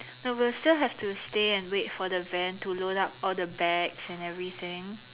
no we will still have to stay and wait for the van to load up all the bags and everything